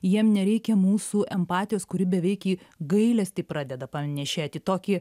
jiem nereikia mūsų empatijos kuri beveik į gailestį pradeda panėšėt į tokį